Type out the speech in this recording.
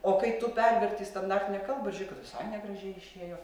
o kai tu perverti į standartinę kalbą žiūrėk kad visai negražiai išėjo